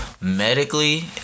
medically